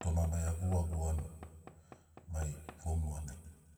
toma mai a guruga gurugani mai foun nuganai.